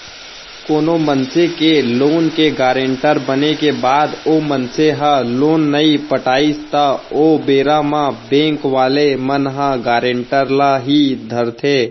कोनो मनसे के लोन के गारेंटर बने के बाद ओ मनसे ह लोन नइ पटाइस त ओ बेरा म बेंक वाले मन ह गारेंटर ल ही धरथे